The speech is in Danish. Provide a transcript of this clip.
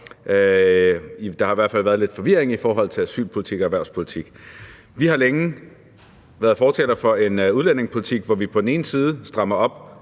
Der har i hvert fald været lidt forvirring i forhold til asylpolitik og erhvervspolitik. Vi har længe været fortalere for en udlændingepolitik, hvor vi på den ene side strammer op